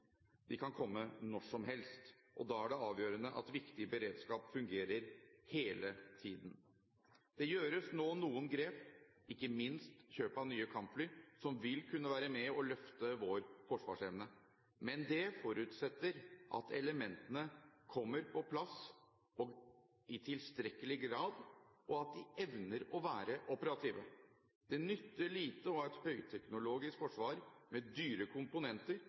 De kan komme når som helst, og da er det avgjørende at viktig beredskap fungerer – hele tiden. Det tas nå noen grep, ikke minst kjøp av nye kampfly, som vil kunne være med og løfte vår forsvarsevne. Men det forutsetter at elementene kommer på plass – og i tilstrekkelig grad – og at de evner å være operative. Det nytter lite å ha et høyteknologisk forsvar med dyre komponenter